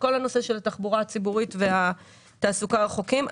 כל הנושא של התחבורה הציבורית והתעסוקה הרחוקה.